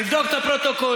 תבדוק את הפרוטוקול.